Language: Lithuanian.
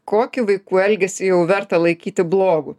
kokį vaikų elgesį jau verta laikyti blogu